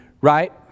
right